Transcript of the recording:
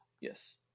Yes